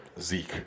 Zeke